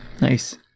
Nice